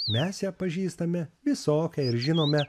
mes ją pažįstame visokią ir žinome